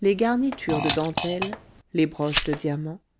les garnitures de dentelles les broches de diamants